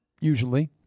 usually